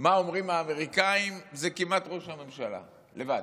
מה אומרים האמריקנים זה כמעט ראש הממשלה לבד.